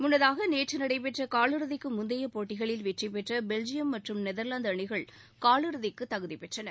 முன்னதாக நேற்று நடைபெற்ற காலிறுதிக்கு முந்தைய போட்டிகளில் வெற்றி பெற்ற பெல்ஜியம் மற்றும் நெதர்லாந்து அணிகள் காலிறுதிக்கு தகுதி பெற்றன